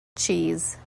cheese